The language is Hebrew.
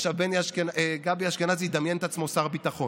עכשיו גבי אשכנזי ידמיין את עצמו שר ביטחון,